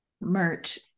merch